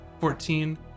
Fourteen